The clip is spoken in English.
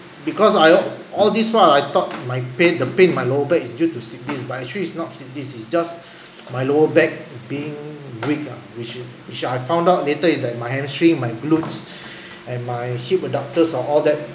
because I all this while I thought my pain the pain in my lower back is due to slipped disc but actually it's not slipped discs it's just my lower back being weak ah which which I found out later is that my hamstring my glutes and my hip adopters and all that